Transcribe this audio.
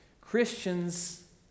Christians